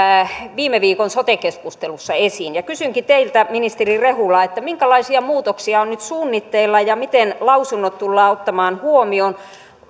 viime viikon sote keskustelussa esiin kysynkin teiltä ministeri rehula minkälaisia muutoksia on nyt suunnitteilla ja miten lausunnot tullaan ottamaan huomioon